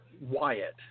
Wyatt